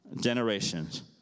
generations